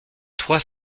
trois